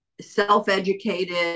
self-educated